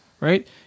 right